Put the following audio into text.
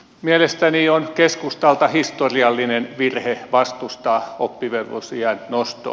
mielestäni on keskustalta historiallinen virhe vastustaa oppivelvollisuusiän nostoa